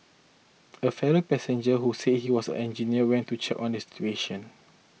a fellow passenger who said he was a engineer went to check on this situation